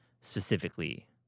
specifically